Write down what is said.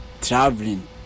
traveling